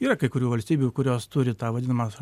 yra kai kurių valstybių kurios turi tą vadinamą